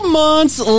months